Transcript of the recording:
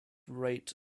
rate